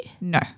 No